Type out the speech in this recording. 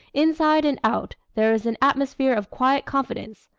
inside and out there is an atmosphere of quiet confidence,